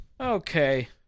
Okay